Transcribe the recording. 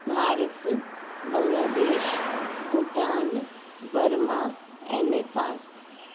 भारत बंग्लादेश भूटान बर्मा ऐं नेपाल